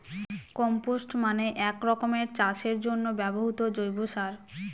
compost মানে এক রকমের চাষের জন্য ব্যবহৃত জৈব সার